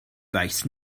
weiß